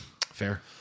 Fair